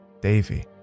Davy